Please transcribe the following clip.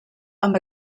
amb